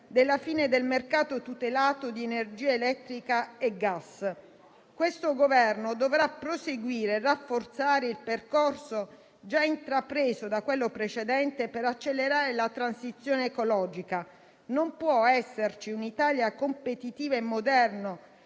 della fine del mercato tutelato di energia elettrica e gas. Questo Governo dovrà proseguire e rafforzare il percorso già intrapreso da quello precedente per accelerare la transizione ecologica. Non può esserci un'Italia competitiva e moderna